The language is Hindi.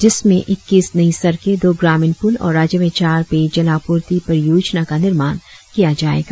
जिसमें इक्कीस नई सड़के दो ग्रामीण पुल और राज्य में चार पेय जल आपूर्ति परियोजना का निर्माण किया जाएगा